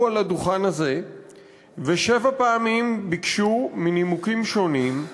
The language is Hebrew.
על הדוכן הזה ושבע פעמים ביקשו מנימוקים שונים,